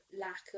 lack